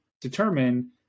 determine